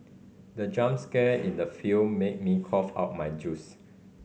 the jump scare in the film made me cough out my juice